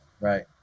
right